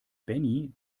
benny